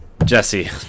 Jesse